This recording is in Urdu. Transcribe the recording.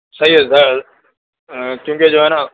صحیح ہے سر کیونکہ جو ہے نا